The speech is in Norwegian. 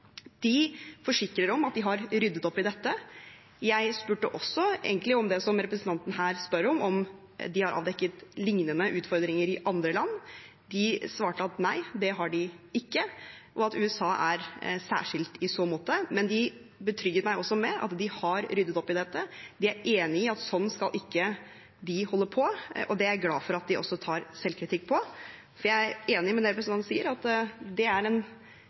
De forsikrer om at de har ryddet opp i dette. Jeg spurte også om det som representanten her spør om, om de har avdekket lignende utfordringer i andre land. De svarte at nei, det har de ikke, og at USA er særskilt i så måte. Men de betrygget meg også med at de har ryddet opp i dette. De er enig i at sånn skal de ikke holde på, og det er jeg glad for at de også tar selvkritikk på. Jeg er enig i det representanten sier, at det er en